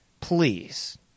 please